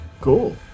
cool